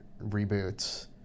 Reboots